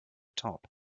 top